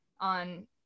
on